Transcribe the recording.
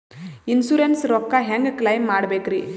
Insurance ರೊಕ್ಕ ಹೆಂಗ claim ಮಾಡ್ಬೇಕ್ರಿ?